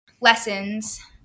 lessons